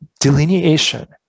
delineation